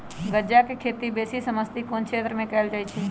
गञजा के खेती बेशी समशीतोष्ण क्षेत्र में कएल जाइ छइ